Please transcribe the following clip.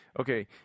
Okay